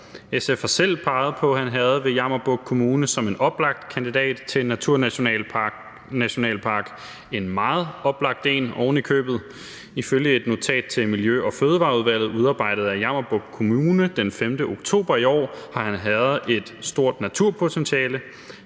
SF har selv peget på Han Herred i Jammerbugt Kommune som en oplagt kandidat til en naturnationalpark, ovenikøbet en meget oplagt kandidat. Ifølge et notat til Miljø- og Fødevareudvalget udarbejdet af Jammerbugt Kommune den 15. oktober i år har Han Herred et stort naturpotentiale,